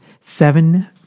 seven